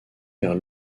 vers